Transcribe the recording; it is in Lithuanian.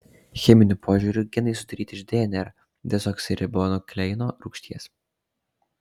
cheminiu požiūriu genai sudaryti iš dnr dezoksiribonukleino rūgšties